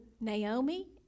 Naomi